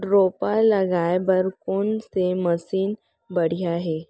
रोपा लगाए बर कोन से मशीन बढ़िया हे?